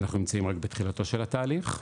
אנחנו נמצאים רק בתחילתו של התהליך.